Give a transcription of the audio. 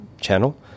channel